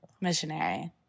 missionary